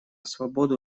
свободу